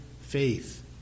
faith